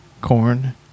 corn